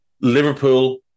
Liverpool